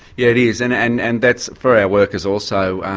yeah it is. and and and that's. for our workers also,